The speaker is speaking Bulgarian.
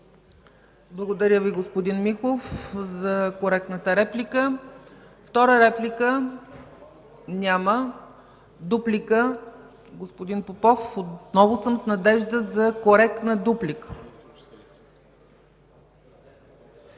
Благодаря Ви, господин Михов, за коректната реплика. Втора реплика? Няма. Дуплика? Господин Попов, отново съм с надежда за коректна дуплика.